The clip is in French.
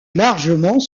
largement